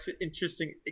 interesting